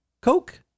Coke